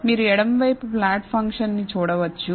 మీరు ఎడమ వైపు ప్లాట్ ఫంక్షన్ చూడవచ్చు